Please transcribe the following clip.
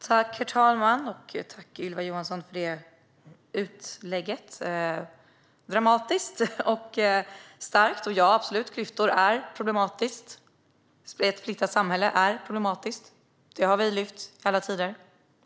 Herr talman! Tack, Ylva Johansson, för denna utläggning! Det var dramatiskt och starkt. Och ja, klyftor är problematiska. Ett splittrat samhälle är problematiskt. Det har även vi lyft fram i alla tider.